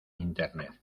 internet